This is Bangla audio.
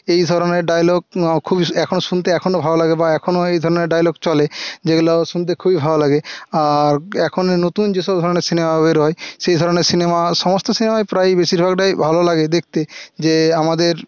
এই ধরনের ডায়লগ খুবই এখনও শুনতে এখনও ভালো লাগে বা এখনও এই ধরনের ডায়লগ চলে যেগুলো শুনতে খুবই ভালো লাগে আর এখন নতুন যে সব ধরনের সিনেমা বেরোয় সেই ধরনের সিনেমা সমস্ত সিনেমাই প্রায়ই বেশিরভাগটাই ভালো লাগে দেখতে যে আমাদের